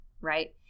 right